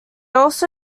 also